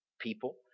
people